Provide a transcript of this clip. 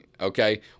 okay